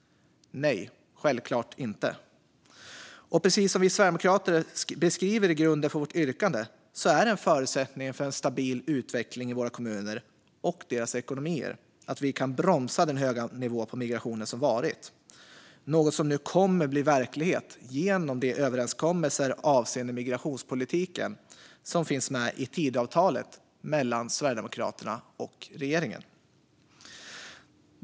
Nej, självklart inte! Precis som vi sverigedemokrater beskriver i grunden för vårt yrkande är det en förutsättning för en stabil utveckling i våra kommuner och deras ekonomier att vi kan bromsa den höga nivå på migrationen som har varit. Detta är något som nu kommer att bli verklighet genom de överenskommelser avseende migrationspolitiken som finns med i Tidöavtalet mellan Sverigedemokraterna och regeringen.